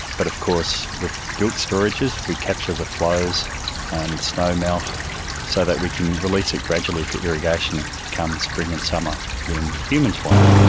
but of course we've built storages, we capture the flows and snow melt so that we can release it gradually for irrigation come spring and summer when humans want it.